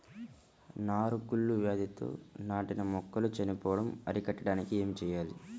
నారు కుళ్ళు వ్యాధితో నాటిన మొక్కలు చనిపోవడం అరికట్టడానికి ఏమి చేయాలి?